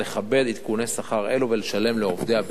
עדכוני שכר אלה ולשלם לעובדיה בהתאם.